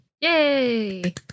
Yay